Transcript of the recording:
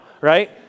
right